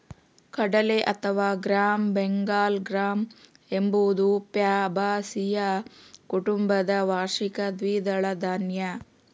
ಕಡಲೆ ಅಥವಾ gram Bengal gram ಎಂಬುದು ಫ್ಯಾಬಾಸಿಯ ಕುಟುಂಬದ ವಾರ್ಷಿಕ ದ್ವಿದಳ ಧಾನ್ಯ